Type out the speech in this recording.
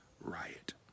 riot